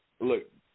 look